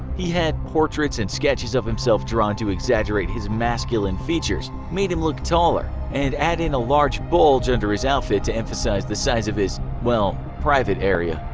he had portraits and sketches of himself drawn to exaggerate his masculine features, make him look taller, and add in a large bulge under his outfit to emphasize the size of his, well, private area.